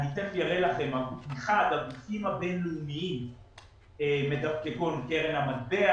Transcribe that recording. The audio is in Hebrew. אני תכף אראה לכם שהגופים בין-לאומיים כגון קרן המטבע